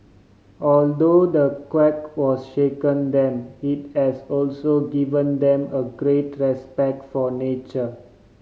although the quake was shaken them it has also given them a great respect for nature